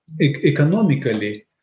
economically